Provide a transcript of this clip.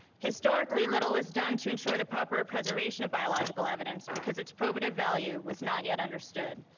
historically, little is done to ensure the proper preservation of biological evidence, because it's probative value was not yet understood.